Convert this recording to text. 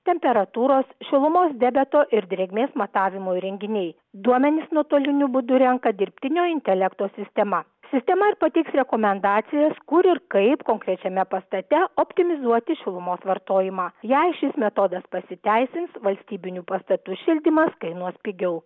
temperatūros šilumos debeto ir drėgmės matavimo įrenginiai duomenis nuotoliniu būdu renka dirbtinio intelekto sistema sistema ir pateiks rekomendacijas kur ir kaip konkrečiame pastate optimizuoti šilumos vartojimą jei šis metodas pasiteisins valstybinių pastatų šildymas kainuos pigiau